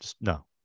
no